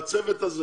בצוות הזה